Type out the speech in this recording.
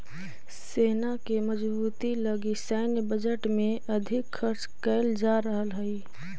सेना के मजबूती लगी सैन्य बजट में अधिक खर्च कैल जा रहल हई